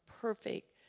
perfect